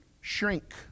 shrink